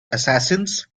assassins